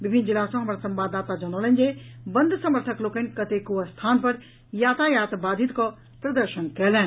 विभिन्न जिला सँ हमर संवाददाता जनौलनि जे बंद समर्थक लोकनि कतेको स्थान पर यातायात बाधित कऽ प्रदर्शन कयलनि